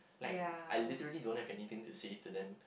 like I literally don't have anything to say to them